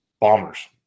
bombers